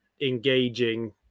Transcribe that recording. engaging